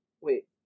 Wait